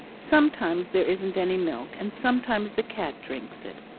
sometimes there isn't any milk, and sometimes the cat drinks it.